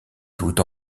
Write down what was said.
tout